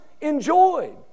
enjoyed